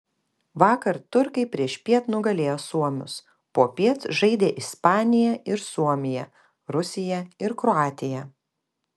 vakar turkai priešpiet nugalėjo suomius popiet žaidė ispanija ir suomija rusija ir kroatija